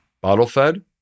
bottle-fed